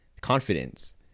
confidence